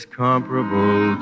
comparable